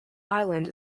island